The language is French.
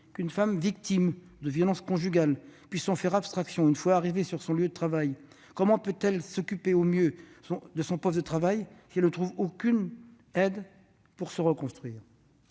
qu'une femme victime de violences conjugales puisse en faire abstraction une fois arrivée sur son lieu de travail ? Comment peut-elle occuper au mieux son poste de travail si elle ne trouve aucune aide pour se reconstruire ?